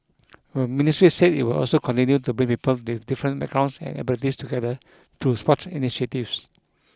the ministry said it will also continue to bring people with different backgrounds and abilities together through sports initiatives